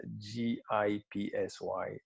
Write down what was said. G-I-P-S-Y